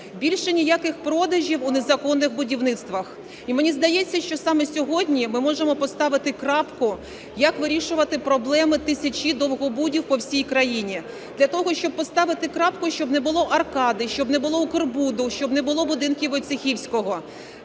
Більше ніяких продажів у незаконних будівництвах. І мені здається, що саме сьогодні ми можемо поставити крапку, як вирішувати проблеми тисячі довгобудів по всій країні. Для того, щоб поставити крапку, щоб не було "Аркади", щоб не було "Укрбуду", щоб не було будинків Войцеховського.